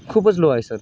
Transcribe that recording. खूपच लो आहे सर